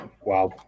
Wow